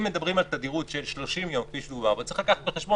אם מדברים על תדירות של 30 יום צריך לקחת בחשבון